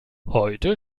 heute